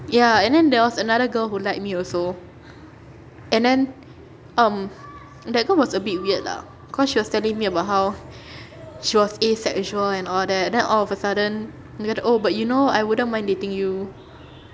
ya and then there was another girl who like me also and then um that girl was a bit weird lah because she was telling me about how she was asexual and all that then all of a sudden dia kata oh but you know I wouldn't mind dating you